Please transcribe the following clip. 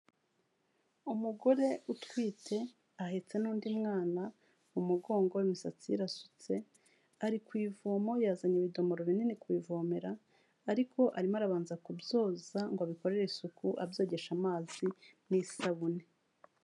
Umugore utwite ahetse n'undi mwana mu mugongo imisatsi ye irasutse, ari ku ivomo yazanye ibidomoro binini kubivomera, ariko arimo arabanza kubyoza ngo abikorere isuku abyogesha amazi n'isabune.